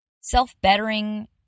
self-bettering